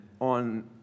on